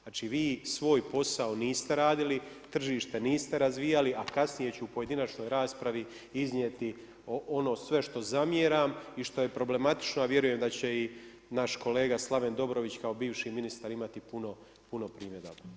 Znači, vi svoj posao niste radili, tržište niste razvijali, a kasnije ću u pojedinačnoj raspravi, iznijeti ono što sve zamjeram i što je problematično a vjerujem da će i naš kolega Slaven Dobrović, kao bivši ministar imati puno primjedaba.